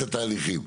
חשמל.